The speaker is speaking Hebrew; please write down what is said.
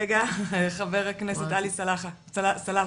חבר הכנסת עלי סלאלחה.